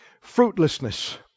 Fruitlessness